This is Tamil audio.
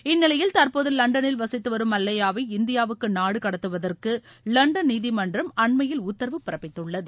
இந்நிலையில் தற்போது லண்டனில் வசித்து வரும் மல்லையாவை இந்தியாவுக்கு நாடு கடத்துவதற்கு லண்டன் நீதிமன்றம் அண்மையில் உத்தரவு பிறப்பித்துள்ளது